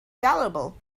valuable